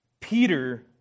Peter